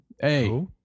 Hey